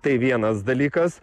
tai vienas dalykas